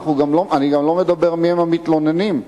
אני גם לא מדבר מיהם המתלוננים,